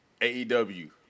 AEW